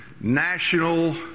National